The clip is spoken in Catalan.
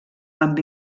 amb